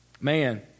Man